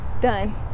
done